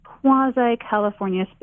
quasi-California